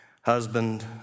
husband